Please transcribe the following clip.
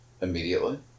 immediately